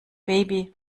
baby